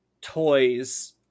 toys